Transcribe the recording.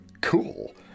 Cool